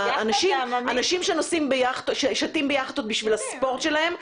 אנשים ששטים ביכטות בשביל הספורט שלהם,